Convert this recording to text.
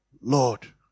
Lord